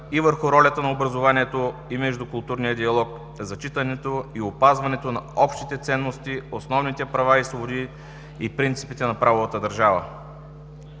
и върху ролята на образованието, междукултурния диалог, зачитането и опазването на общите ценности, основните права и свободи и принципите на правовата държава.